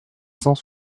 cent